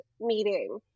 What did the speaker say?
meeting